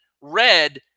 red